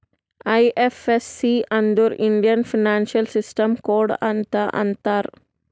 IFSC ಅಂದುರ್ Indian financial system code ಅಂತ್ ಅಂತಾರ್